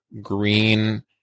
green